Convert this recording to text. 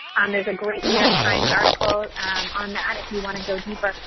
um there's a great new york times article on that if you want to go deeper.